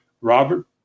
Robert